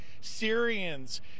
Syrians